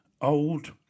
old